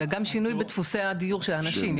גם שינויים בדפוסי הדיור של האנשים,